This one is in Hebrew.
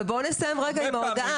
בואו נסיים עם ההודעה.